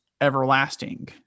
everlasting